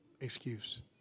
excuse